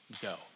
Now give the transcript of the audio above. go